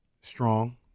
strong